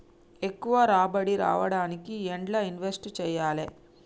ఎక్కువ రాబడి రావడానికి ఎండ్ల ఇన్వెస్ట్ చేయాలే?